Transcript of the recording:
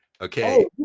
Okay